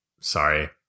Sorry